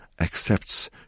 accepts